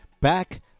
back